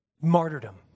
Martyrdom